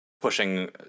pushing